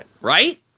right